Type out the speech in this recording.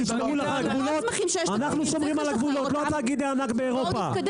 אנחנו שומרים על הגבולות; לא תאגידי הענק באירופה,